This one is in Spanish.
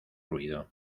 ruido